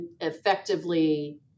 effectively